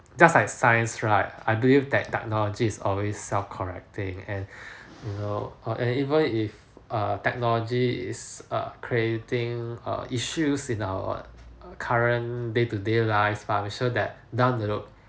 just like science right I believe that technology is always self correcting and you know err and even if err technology is err creating err issues in our uh current day to day life but also that down the road